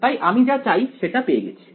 তাই আমি যা চাই সেটা পেয়ে গেছি